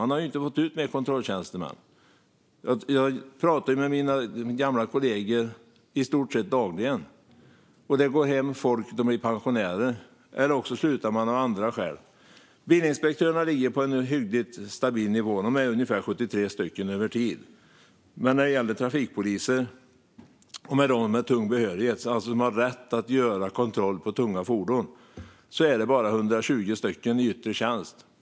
Man har inte fått ut fler kontrolltjänstemän. Jag pratar med mina gamla kollegor i stort sett dagligen, som säger att det dagligen går hem folk som blir pensionärer eller slutar av andra skäl. Antalet bilinspektörer ligger på en hyggligt stabil nivå, ungefär 73 över tid. Men antalet trafikpoliser med tung behörighet, alltså som har rätt att göra kontroll på tunga fordon, är bara 120 i yttre tjänst.